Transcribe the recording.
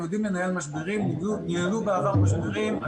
הם יודעים לנהל משברים וניהלו בעבר משברים.